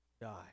die